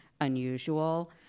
unusual